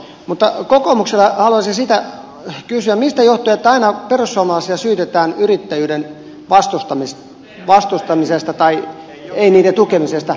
mutta kokoomukselta haluaisin sitä kysyä mistä johtuu että aina perussuomalaisia syytetään yrittäjyyden vastustamisesta tai ei niiden tukemisesta